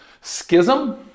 Schism